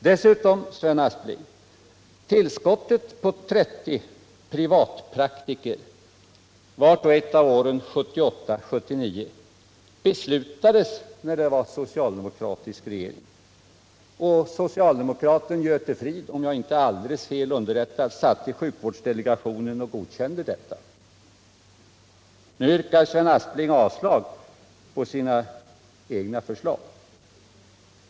Dessutom, Sven Aspling: Tillskottet på 30 privatpraktiker vart och ett av åren 1978 och 1979 beslutades när det var socialdemokratisk regering, och om jag inte är alldeles fel underrättad satt socialdemokraten Göte Fridh i sjukvårdsdelegationen och godkände detta. Nu yrkar Sven Aspling avslag på sina egna förslag.